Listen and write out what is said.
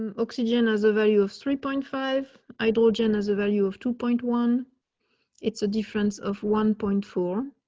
um oxygen as a value of three point five idol jen has a value of two point one it's a difference of one point four